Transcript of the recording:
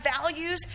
values